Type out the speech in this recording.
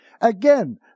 Again